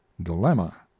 dilemma